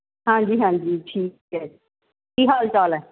ਹਾਂਜੀ ਹਾਂਜੀ ਠੀਕ ਹੈ ਕੀ ਹਾਲ ਚਾਲ ਹੈ